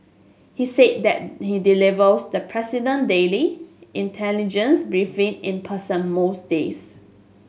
he's said that he delivers the president daily intelligence briefing in person most days